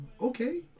okay